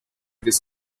this